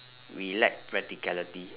we lack practicality